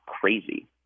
crazy